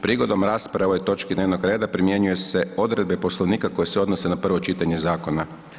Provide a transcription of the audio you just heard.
Prigodom rasprave o ovoj točki dnevnog reda primjenjuju se odredbe Poslovnika koje se odnose na prvo čitanje zakona.